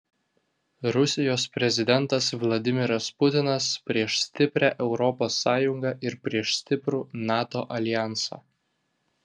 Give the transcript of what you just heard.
rusijos prezidentas vladimiras putinas prieš stiprią europos sąjungą ir prieš stiprų nato aljansą